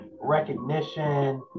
recognition